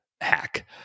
hack